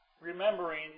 remembering